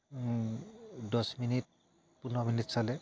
দছ মিনিট পোন্ধৰ মিনিট চালে